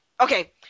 Okay